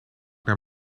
naar